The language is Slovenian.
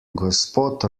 gospod